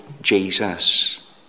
Jesus